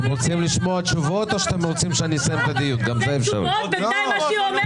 אותו דבר נכון גם לגבי הביטחון בדרום, בעוטף עזה.